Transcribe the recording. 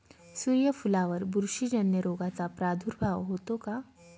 सूर्यफुलावर बुरशीजन्य रोगाचा प्रादुर्भाव होतो का?